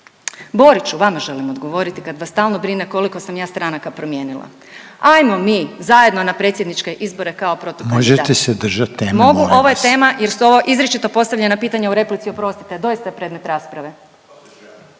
Boriću vama želim odgovoriti kad vas stalno brine koliko sam ja stranaka promijenila. Ajmo mi zajedno na predsjedničke izbore kao protukandidati. …/Upadica Željko Reiner: Možete se držat teme, molim vas?/… Mogu, ovo je tema jer su ovo izričito postavljena pitanja u replici, oprostite, doista predmet rasprave.